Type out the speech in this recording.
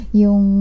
yung